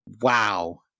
Wow